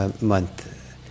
month